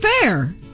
fair